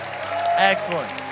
Excellent